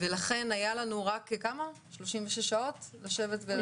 ולכן היה לנו רק כמה, 36 שעות לשבת ולדון בו.